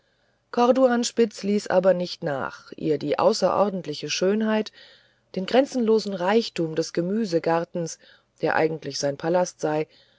corduanspitz ließ aber nicht nach ihr die außerordentliche schönheit den grenzenlosen reichtum des gemüsegartens der eigentlich sein palast sei